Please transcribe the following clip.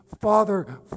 Father